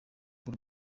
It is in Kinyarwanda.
bw’u